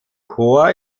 chor